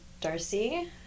Darcy